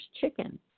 chicken